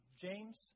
James